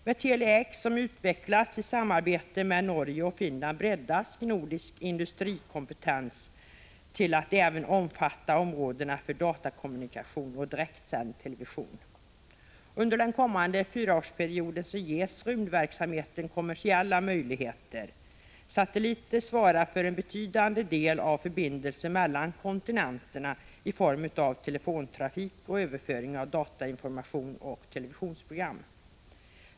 Med Tele-X, som utvecklats i samarbete med Norge och Finland, breddas nordisk industrikompetens till att även omfatta områdena för datakommunikation och direktsända TV-program. Under den kommande fyraårsperioden ges rymdverksamheten kommersiella möjligheter. Satelliter svarar för en betydande del av förbindelserna mellan kontinenterna i form av telefontrafik och överföring av datainformation och televisionsprogram.